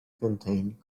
contained